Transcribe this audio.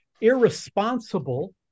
irresponsible